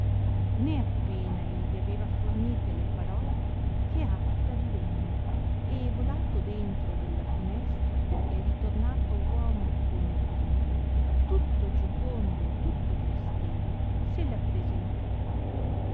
né appena egli aveva fornite le parole che aquila divenne e volato dentro della finestra e ritornato uomo come prima tutto giocondo e tutto festevole se le appresentò